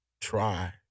try